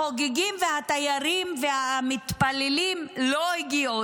החוגגים והתיירים והמתפללים לא הגיעו,